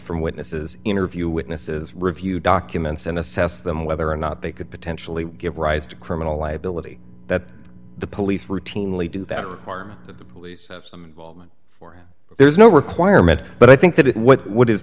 from witnesses interview witnesses review documents and assess them whether or not they could potentially give rise to criminal liability that the police routinely do that or harm the police for there's no requirement but i think that what what is